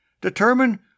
Determine